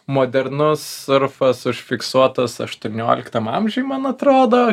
modernus surfas užfiksuotas aštuonioliktam amžiuj man atrodo